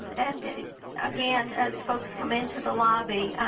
and again, as folks come into the lobby,